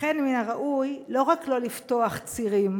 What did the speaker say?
לכן מן הראוי לא רק לא לפתוח צירים,